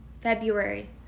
February